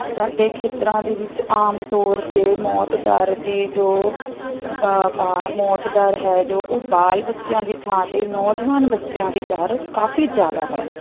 ਸਾਡੇ ਖੇਤਰਾਂ ਦੇ ਵਿੱਚ ਆਮ ਤੌਰ 'ਤੇ ਮੌਤ ਦਰ ਦੀ ਜੋ ਬਾ ਪਾ ਮੌਤ ਦਰ ਹੈ ਜੋ ਉਹ ਬਾਲ ਬੱਚਿਆਂ ਦੀ ਥਾਂ 'ਤੇ ਨੌਜਵਾਨ ਬੱਚਿਆਂ ਦੀ ਦਰ ਕਾਫੀ ਜ਼ਿਆਦਾ ਹੈ